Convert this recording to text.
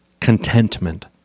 contentment